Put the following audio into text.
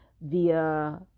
via